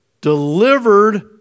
delivered